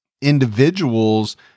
individuals